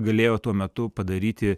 galėjo tuo metu padaryti